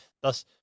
thus